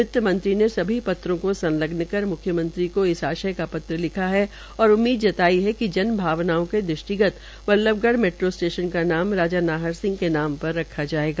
वित्त मंत्री ने सभी पत्रों को संग्लन कर म्ख्यमंत्री को इस आश्य का पत्र लिखा है और उम्मीद जताई है कि जनभावना के दृष्टिगत बल्लभगढ़ मेट्रो का नमद राजा नाहर सिंह के नाम रखा जायेगा